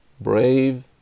brave